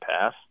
pass